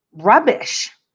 rubbish